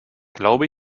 glaube